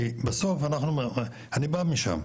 כי בסוף אני בא משם,